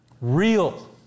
Real